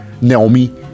Naomi